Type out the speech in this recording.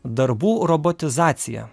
darbų robotizacija